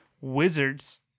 Wizards